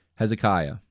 Hezekiah